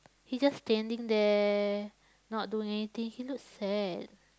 he just standing there not doing anything he looks sad